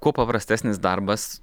kuo paprastesnis darbas